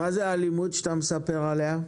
מה זו האלימות שאתה מספר עליה?